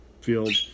field